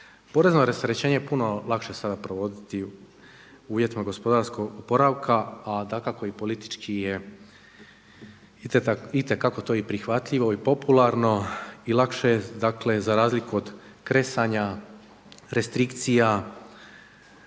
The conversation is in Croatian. Porezno rasterećenje puno lakše je sada provoditi u uvjetima gospodarskog oporavka a dakako i politički je itekako i to prihvatljivo i popularno i lakše je dakle za razliku od kresanja restrikcija.